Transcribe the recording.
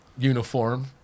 uniform